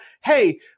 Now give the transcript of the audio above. hey